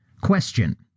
Question